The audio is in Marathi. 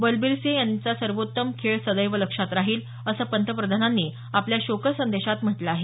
बलबीर सिंह यांचा सर्वोत्तम खेळ सदैव लक्षात राहील असं पंतप्रधानांनी आपल्या शोकसंदेशात म्हटल आहे